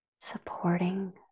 supporting